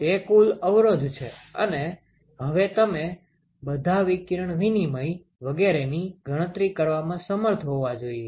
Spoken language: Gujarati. તે કુલ અવરોધ છે અને હવે તમે બધા વિકિરણ વિનિમય વગેરેની ગણતરી કરવામાં સમર્થ હોવા જોઈએ